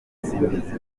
simbizi